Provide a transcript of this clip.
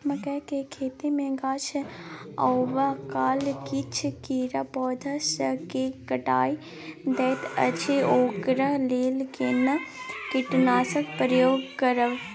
मकई के खेती मे गाछ आबै काल किछ कीरा पौधा स के काइट दैत अछि ओकरा लेल केना कीटनासक प्रयोग करब?